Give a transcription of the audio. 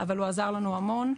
אבל הוא עזר לנו המון.